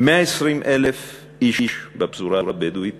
120,000 איש בפזורה הבדואית